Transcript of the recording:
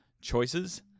choices